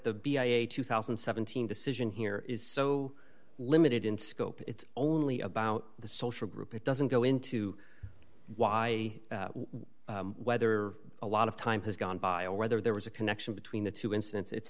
a two thousand and seventeen decision here is so limited in scope it's only about the social group it doesn't go into why whether a lot of time has gone by or whether there was a connection between the two incidents it's